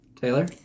Taylor